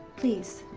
please.